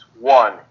One